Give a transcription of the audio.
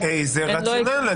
על פי איזה רציונל?